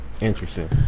Interesting